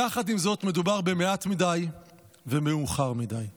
עם זאת, מדובר במעט מדי ומאוחר מדי.